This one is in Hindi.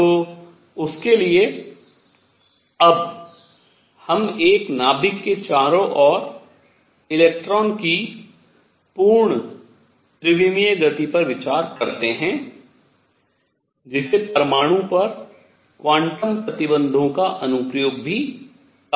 तो उसके लिए अब हम एक नाभिक के चारों ओर इलेक्ट्रॉन की पूर्ण त्रिविमीय गति पर विचार करते हैं जिसे परमाणु पर क्वांटम प्रतिबंधों का अनुप्रयोग भी कहा जा सकता है